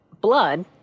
blood